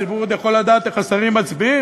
הציבור עוד יכול לדעת איך השרים מצביעים,